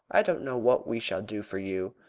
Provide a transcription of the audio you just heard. i don't know what we shall do for you.